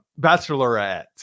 Bachelorette